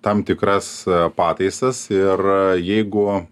tam tikras pataisas ir jeigu